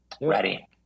Ready